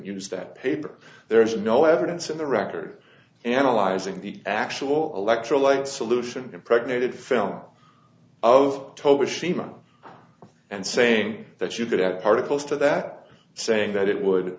use that paper there is no evidence in the record analyzing the actual electrolyte solution impregnated film of toby's shima and saying that you could have particles to that saying that it would